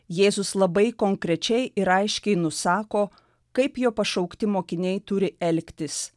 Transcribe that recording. jėzus labai konkrečiai ir aiškiai nusako kaip jo pašaukti mokiniai turi elgtis